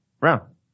round